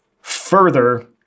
further